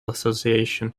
association